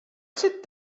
sit